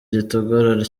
kitugora